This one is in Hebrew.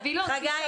להביא לה צו הרחקה.